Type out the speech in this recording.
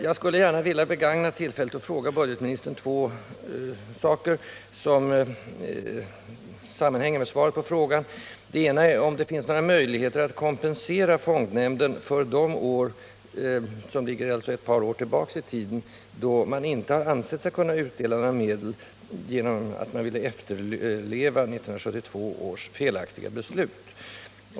Jag skulle gärna vilja begagna tillfället till att fråga budgetministern om två saker som sammanhänger med svaret på frågan. Det ena är om det finns några möjligheter att kompensera fondnämnden för de år — som alltså ligger ett par år tillbaka i tiden — då man inte ansett sig kunna utdela några medel genom att man ansåg sig tvungen att efterleva 1972 års felaktiga beslut.